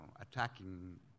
attacking